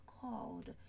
called